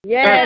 Yes